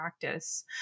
practice